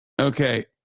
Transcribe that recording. Okay